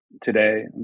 today